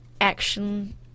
action